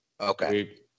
Okay